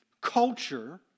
culture